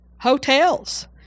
Hotels